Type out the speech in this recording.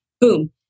boom